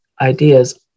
ideas